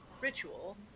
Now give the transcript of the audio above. ritual